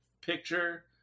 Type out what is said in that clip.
picture